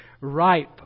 ripe